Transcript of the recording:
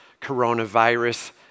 coronavirus